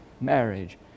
marriage